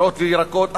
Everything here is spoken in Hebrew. פירות וירקות,